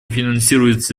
финансируется